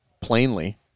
plainly